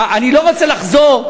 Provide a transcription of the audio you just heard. אני לא רוצה לחזור,